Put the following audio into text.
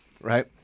right